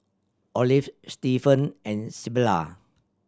Olive Stephen and Sybilla